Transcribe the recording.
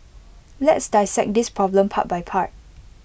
let's dissect this problem part by part